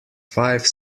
five